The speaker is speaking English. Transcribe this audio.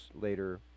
later